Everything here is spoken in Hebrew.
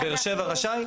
באר שבע רשאי?